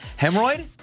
Hemorrhoid